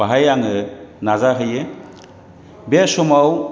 बेहाय आङो नाजाहैयो बे समाव